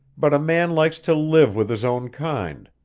but a man likes to live with his own kind.